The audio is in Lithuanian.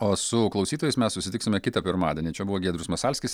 o su klausytojais mes susitiksime kitą pirmadienį čia buvo giedrius masalskis